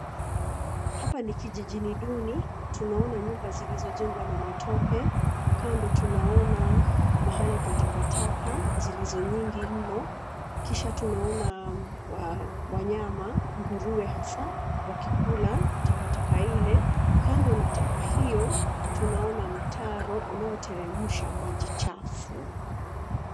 Hapa ni kijijini duni, tunaona nyumba zilizojengwa na matope, kando tunaona, mahali pa takataka zilizo nyingi mno, kisha tunaona, wanyama, nguruwe hasa, wakikula, takataka ile. Kando na taka hio, tunaona mtaro unaoteremsha maji chafu.